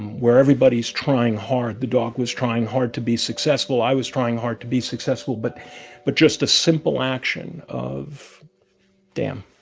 where everybody's trying hard. the dog was trying hard to be successful. i was trying hard to be successful. but but just a simple action of damn,